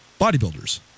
bodybuilders